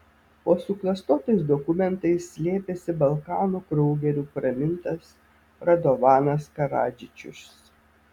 po suklastotais dokumentais slėpėsi balkanų kraugeriu pramintas radovanas karadžičius